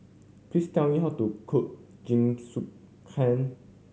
please tell me how to cook Jingisukan